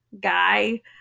guy